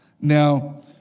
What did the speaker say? Now